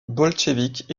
bolcheviks